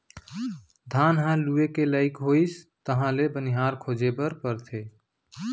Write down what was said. धान ह लूए के लइक होइस तहाँ ले बनिहार खोजे बर परथे